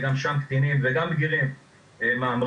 וגם שם קטינים ובגירים מהמרים.